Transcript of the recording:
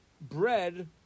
bread